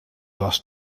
was